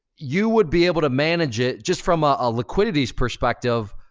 you would be able to manage it, just from ah a liquidity perspective,